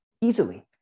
easily